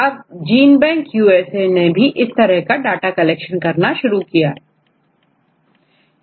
अब gene bank USA ने भी इस तरह का डाटा कलेक्शन करना शुरू कर दिया है